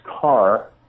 car